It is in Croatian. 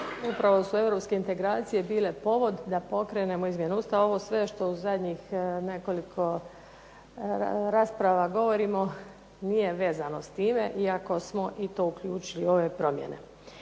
Upravo su Europske integracije bilo povod da pokrenemo izmjene Ustava, ovo sve što u zadnjih nekoliko rasprava govorimo nije vezano s time iako smo uključili ove promjene.